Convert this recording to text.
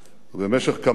במשך כמה ימים